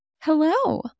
Hello